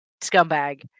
scumbag